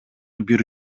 бир